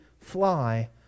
fly